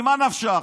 ממה נפשך?